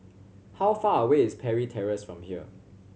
how far away is Parry Terrace from here